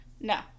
No